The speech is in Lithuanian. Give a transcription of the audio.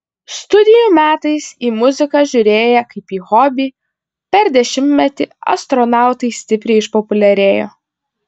studijų metais į muziką žiūrėję kaip į hobį per dešimtmetį astronautai stipriai išpopuliarėjo